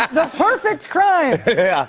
the perfect crime. yeah.